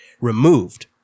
removed